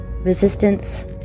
Resistance